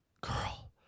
girl